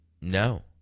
No